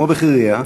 כמו בחירייה.